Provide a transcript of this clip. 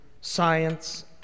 science